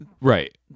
right